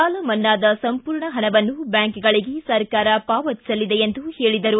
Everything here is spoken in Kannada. ಸಾಲ ಮನ್ನಾದ ಸಂಪೂರ್ಣ ಪಣವನ್ನು ಬ್ಯಾಂಕ್ಗಳಿಗೆ ಸರ್ಕಾರ ಪಾವತಿಸಲಿದೆ ಎಂದರು